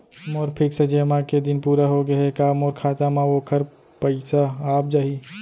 मोर fix जेमा के दिन पूरा होगे हे का मोर खाता म वोखर पइसा आप जाही?